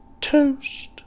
toast